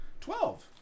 Twelve